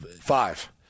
Five